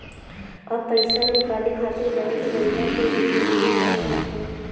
अब पईसा निकाले खातिर बैंक गइला के भी जरुरत नाइ पड़त हवे